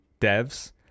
devs